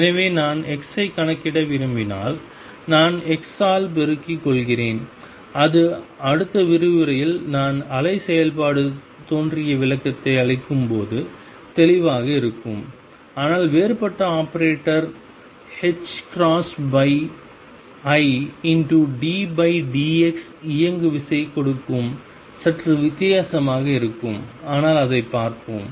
எனவே நான் x ஐக் கணக்கிட விரும்பினால் நான் x ஆல் பெருக்கிக் கொள்கிறேன் அது அடுத்த விரிவுரையில் நான் அலை செயல்பாடு தோன்றிய விளக்கத்தை அளிக்கும்போது தெளிவாக இருக்கும் ஆனால் வேறுபட்ட ஆபரேட்டர் iddx இயங்குவிசை கொடுக்கும் சற்று வித்தியாசமாக இருக்கும் ஆனால் அதைப் பார்ப்போம்